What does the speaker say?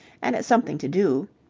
and it's something to do.